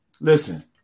listen